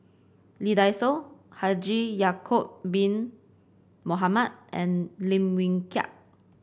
Lee Dai Soh Haji Ya'acob Bin Mohamed and Lim Wee Kiak